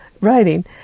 writing